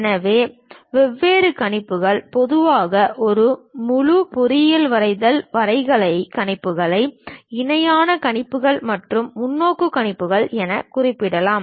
எனவே வெவ்வேறு கணிப்புகள் பொதுவாக முழு பொறியியல் வரைதல் வரைகலை கணிப்புகள் இணையான கணிப்புகள் மற்றும் முன்னோக்கு கணிப்புகள் என குறிப்பிடலாம்